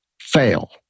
fail